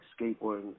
skateboarding